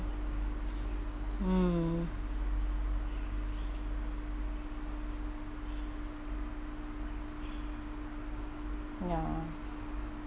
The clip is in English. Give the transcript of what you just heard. hmm ya